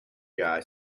guy